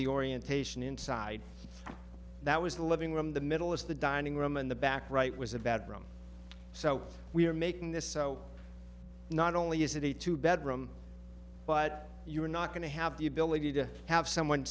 the orientation inside that was the living room the middle of the dining room and the back right was a bedroom so we are making this so not only is it a two bedroom but you are not going to have the ability to have someone